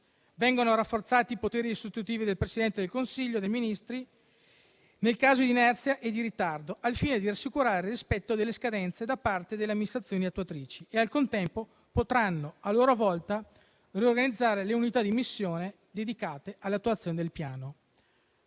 Vengono rafforzati i poteri sostitutivi del Presidente del Consiglio dei ministri, nel caso di inerzia e di ritardo, al fine di assicurare il rispetto delle scadenze da parte delle amministrazioni attuatrici, che al contempo potranno, a loro volta, riorganizzare le unità di missione dedicate all'attuazione del Piano.